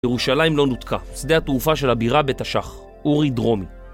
ירושלים לא נותקה, שדה התעופה של הבירה בתש"ח, אורי דרומי